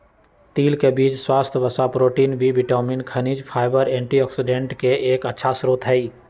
तिल के बीज स्वस्थ वसा, प्रोटीन, बी विटामिन, खनिज, फाइबर, एंटीऑक्सिडेंट के एक अच्छा स्रोत हई